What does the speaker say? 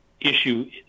issue